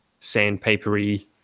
sandpapery